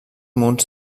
munts